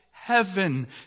Heaven